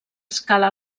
escala